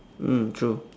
mm true